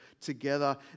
together